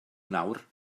nawr